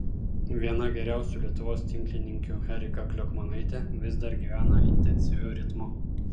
viena geriausių lietuvos tinklininkių erika kliokmanaitė vis dar gyvena intensyviu ritmu